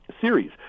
series